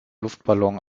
luftballon